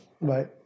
right